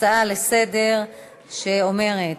הצעה לסדר-היום,